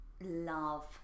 love